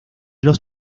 los